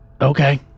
Okay